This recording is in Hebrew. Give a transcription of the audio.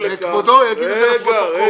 וכבודו יגיד את זה לפרוטוקול.